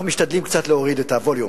אנחנו משתדלים קצת להוריד את הווליום.